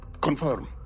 Confirm